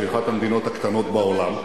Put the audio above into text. שהיא אחת המדינות הקטנות בעולם,